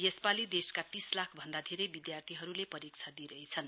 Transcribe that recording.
यसपाली देशका तीस लाख भन्दा धेरै विधार्थीहरूले परीक्षा दिइरहेछन्